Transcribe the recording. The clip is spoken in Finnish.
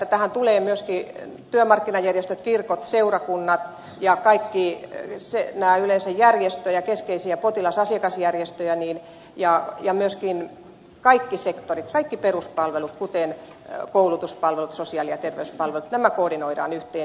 tähän tulevat mukaan myöskin työmarkkinajärjestöt kirkot seurakunnat ja yleensä järjestöjä keskeisiä potilas ja asiakasjärjestöjä ja myöskin kaikki sektorit kaikki peruspalvelut kuten koulutuspalvelut sosiaali ja terveyspalvelut nämä koordinoidaan yhteen